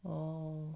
orh